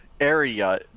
area